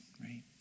right